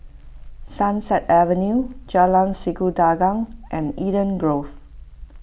Sunset Avenue Jalan Sikudangan and Eden Grove